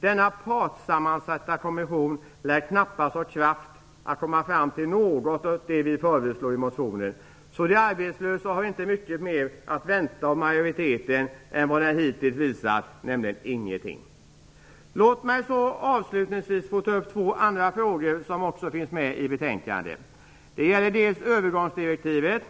Denna partssammansatta kommission lär knappast ha kraft att komma fram till något av det som föreslås i motionen. De arbetslösa har inte mycket mera att vänta av majoriteten än vad den hittills visat, nämligen ingenting. Låt mig avslutningsvis få ta upp två andra frågor som också finns med i betänkandet. Det gäller övergångsdirektivet.